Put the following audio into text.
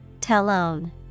Talon